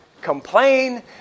Complain